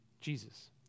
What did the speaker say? Jesus